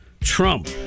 Trump